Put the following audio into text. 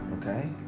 Okay